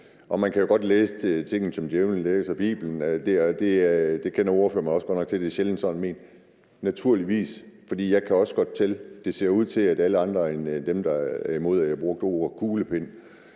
Man kan jo godt læse tingene, som djævelen læser Biblen, og ordføreren kender mig også godt nok til, at det sjældent er ment sådan, naturligvis. For jeg kan også godt tælle. Det ser ud til, at alle andre end dem, der er imod, at jeg brugte ordet kuglepen,